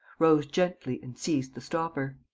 rose gently and seized the stopper.